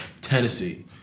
Tennessee